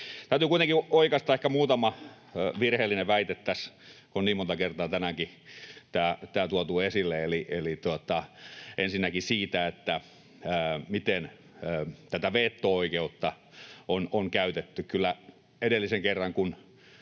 Täytyy kuitenkin oikaista ehkä muutama virheellinen väite. Tässä on niin monta kertaa tänäänkin tuotu esille ensinnäkin se, miten tätä veto-oikeutta on käytetty. Kyllä edellisen kerran,